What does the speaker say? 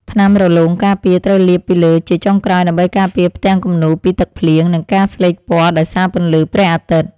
ថ្នាំរលោងការពារ ត្រូវលាបពីលើជាចុងក្រោយ ដើម្បីការពារផ្ទាំងគំនូរពីទឹកភ្លៀង និងការស្លេកពណ៌ដោយសារពន្លឺព្រះអាទិត្យ។